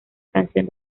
canción